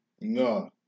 No